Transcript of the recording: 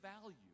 value